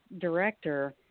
director